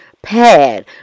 pad